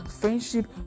friendship